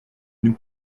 nous